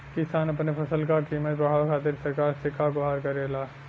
किसान अपने फसल क कीमत बढ़ावे खातिर सरकार से का गुहार करेला?